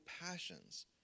passions